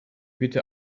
bitte